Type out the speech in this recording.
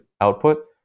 output